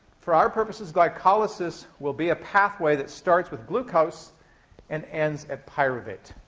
for our purposes, glycolysis will be a pathway that starts with glucose and ends at pyruvate,